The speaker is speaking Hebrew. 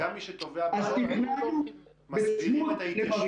אז תכננו בצמוד למרעית.